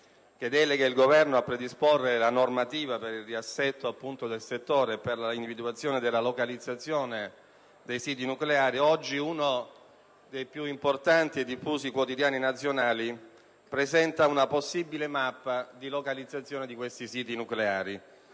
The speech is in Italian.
che delega il Governo a predisporre la normativa per il riassetto del settore e per l'individuazione della localizzazione dei siti nucleari. Oggi, uno dei più importanti e diffusi quotidiani nazionali presenta una possibile mappa di localizzazione di questi siti nucleari: